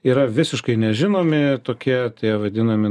yra visiškai nežinomi tokie tie vadinami